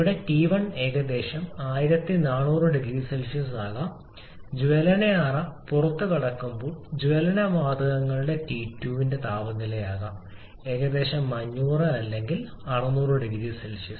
ഇവിടെ ടി 1 ഏകദേശം 1400 0C ആകാം ജ്വലന അറ പുറത്തുകടക്കുമ്പോൾ ജ്വലന വാതകങ്ങളുടെ T2 ന്റെ താപനിലയാകാം ഏകദേശം 500 അല്ലെങ്കിൽ 600 0C